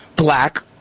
black